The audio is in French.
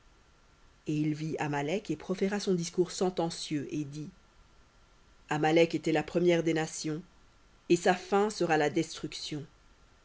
et il vit amalek et proféra son discours sentencieux et dit amalek était la première des nations et sa fin sera la destruction